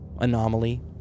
anomaly